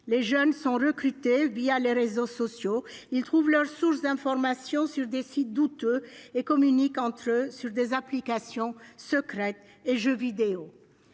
les jeunes sont recrutés via les réseaux sociaux, ils trouvent leur source d'informations sur des sites douteux et communiquent entre eux sur des applications secrète et jeux vidéo,